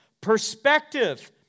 perspective